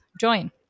join